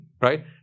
right